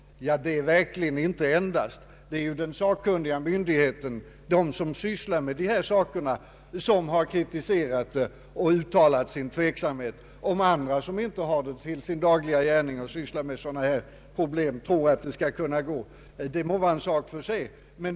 Det är verkligen inte endast! Domstolen är ju den sakkunniga myndigheten, den som sysslar med dessa saker, och det är den som har kritiserat dem och uttalat sin tveksamhet. Om andra som inte har att syssla med sådana saker i sin dagliga gärning tror att det skall fungera väl om förslaget genom förs så må det vara en sak för sig.